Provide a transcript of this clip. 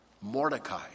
Mordecai